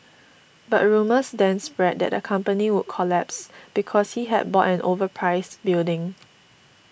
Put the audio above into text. but rumours then spread that the company would collapse because he had bought an overpriced building